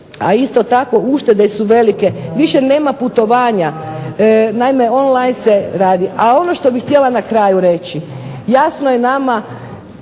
a isto tako uštede su velike, više nema putovanja, on line se radi. Ono što bih na kraju htjela reći, jasno je nama